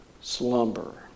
slumber